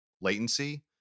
latency